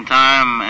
time